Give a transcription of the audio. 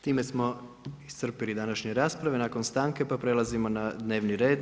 Time smo iscrpili današnje rasprave nakon stanke, pa prelazimo na dnevni red.